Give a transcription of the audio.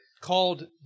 called